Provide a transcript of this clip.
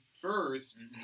first